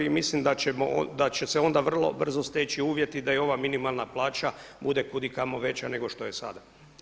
I mislim da će se onda vrlo brzo steći uvjeti da i ova minimalna plaća bude kud i kamo veća nego što je sada.